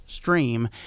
stream